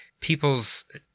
people's